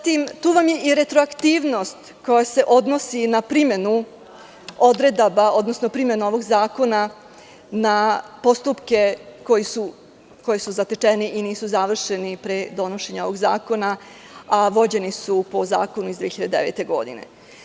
Tu vam je i retroaktivnost koja se odnosi na primenu odredaba, odnosno primenu ovog zakona na postupke koji su zatečeni i nisu završeni pre donošenja ovog zakona, a vođeni su po zakonu iz 2009. godine.